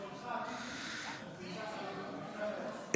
לוועדת הבריאות נתקבלה.